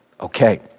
Okay